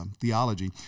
Theology